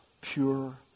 pure